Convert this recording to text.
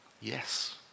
yes